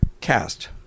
cast